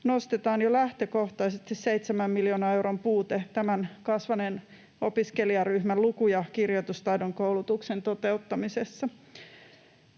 nostetaan jo lähtökohtaisesti 7 miljoonan euron puute tämän kasvaneen opiskelijaryhmän luku‑ ja kirjoitustaidon koulutuksen toteuttamisessa.